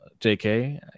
JK